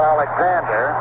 Alexander